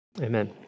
Amen